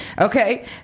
okay